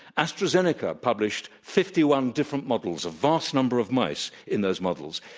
astrazeneca published fifty one different models, a vast number of mice in those models,